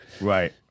Right